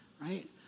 Right